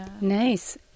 Nice